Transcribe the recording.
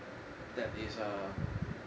that is err